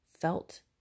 felt